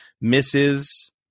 misses